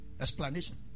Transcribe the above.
explanation